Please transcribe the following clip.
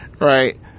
Right